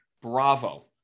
bravo